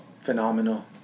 phenomenal